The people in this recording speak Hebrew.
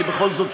כי בכל זאת,